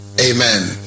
Amen